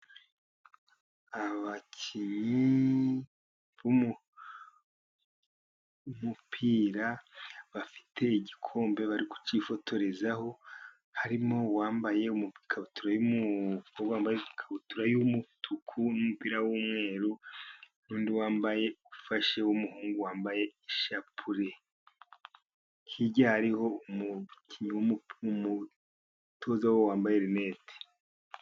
Abakinnyi b'umupira bafite igikombe bari kukifotorezaho, harimo uwambaye ikabutura y'umutuku nu'mupira w'umweru n'undi wambaye ufashe w'umuhungu wambaye ishapure, hirya hariho umukinnyi n'umutoza wabo wambaye rinete.